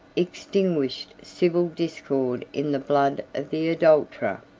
extinguished civil discord in the blood of the adulterer.